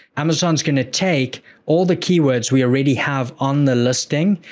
amazon's gonna to take all the keywords we already have on the listing,